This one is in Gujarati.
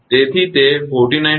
5 Ω છે